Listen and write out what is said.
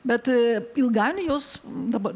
bet ilgainiui jos dabar